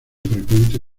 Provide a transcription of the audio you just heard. frecuente